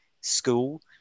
school